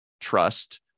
trust